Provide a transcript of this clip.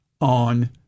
on